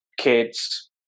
kids